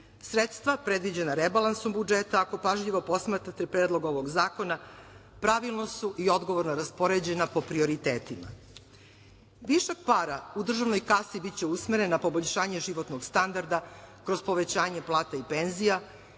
Sredstva predviđena rebalansom budžeta ako pažljivo posmatrate predlog ovog zakona pravilno su i odgovorno raspoređena po prioritetima. Višak para u državnoj kasi biće usmeren na poboljšanje životnog standarda kroz povećanje plata i penzija,